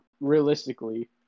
realistically